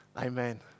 Amen